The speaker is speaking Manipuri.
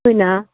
ꯑꯩꯈꯣꯏꯅ